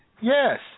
Yes